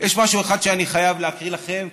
יש משהו אחד שאני חייב להקריא לכם,